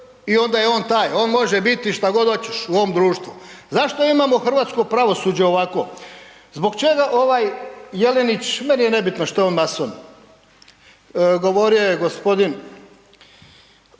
i onda je on taj, on može biti šta god oćeš u ovom društvu. Zašto imamo hrvatsko pravosuđe ovako? Zbog čega ovaj Jelinić, meni je nebitno što je on mason, govorio je g.